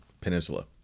Peninsula